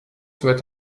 soit